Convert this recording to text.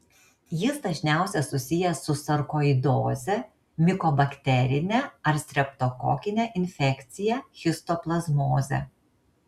jis dažniausiai susijęs su sarkoidoze mikobakterine ar streptokokine infekcija histoplazmoze